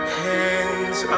hands